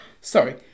Sorry